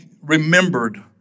remembered